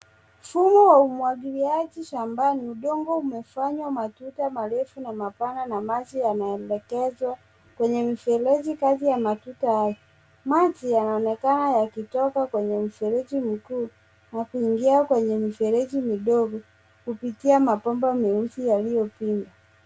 Mfumo wa umwagiliaji shambani. Udongo umefanywa matuta marefu na mapana na maji yanaelekezwa kwenye mifereji kando ya matuta haya. Maji yanaonekana yakitoka kwenye mifereji mikuu na kuingia kwenye mifereji midogo kupitia kwenye mabomba marefu yaliyopita.